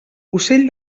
ocell